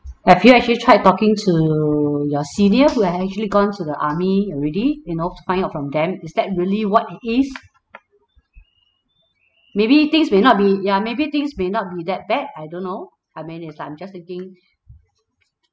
have you actually tried talking to your senior who had actually gone to the army already you know to find out from them is that really what it is maybe things may not be ya maybe things may not be that bad I don't know I mean is like I'm just thinking